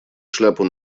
шляпу